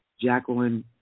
Jacqueline